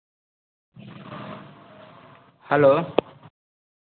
hello